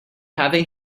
having